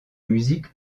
musique